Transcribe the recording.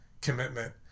commitment